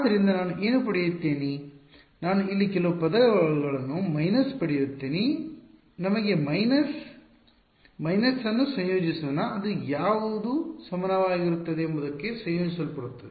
ಆದ್ದರಿಂದ ನಾನು ಏನು ಪಡೆಯುತ್ತೇನೆ ನಾನು ಇಲ್ಲಿ ಕೆಲವು ಪದಗಳನ್ನು ಮೈನಸ್ ಪಡೆಯುತ್ತೇನೆ ನಮಗೆ ಮೈನಸ್ ಮೈನಸ್ ಅನ್ನು ಸಂಯೋಜಿಸೋಣ ಅದು ಯಾವುದು ಸಮನಾಗಿರುತ್ತದೆ ಎಂಬುದಕ್ಕೆ ಸಂಯೋಜಿಸಲ್ಪಡುತ್ತದೆ